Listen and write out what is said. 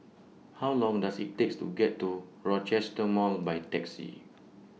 How Long Does IT takes to get to Rochester Mall By Taxi